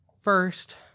first